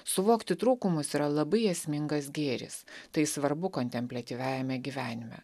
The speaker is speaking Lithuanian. suvokti trūkumus yra labai esmingas gėris tai svarbu kontempliatyviajame gyvenime